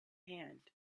hand